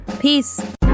peace